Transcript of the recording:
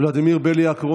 ולדימיר בליאק,